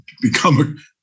become